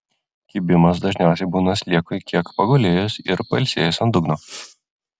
kibimas dažniausiai būna sliekui kiek pagulėjus ir pailsėjus ant dugno